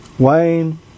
Wayne